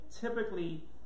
typically